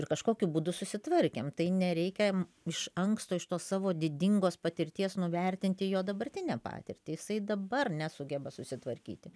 ir kažkokiu būdu susitvarkėm tai nereikia iš anksto iš tos savo didingos patirties nuvertinti jo dabartinę patirtį jisai dabar nesugeba susitvarkyti